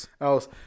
else